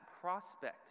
prospect